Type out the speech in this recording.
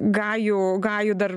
gajų gajų dar